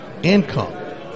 income